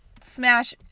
smash